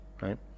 right